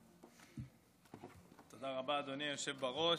תודה רבה, אדוני היושב-ראש.